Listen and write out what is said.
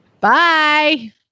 Bye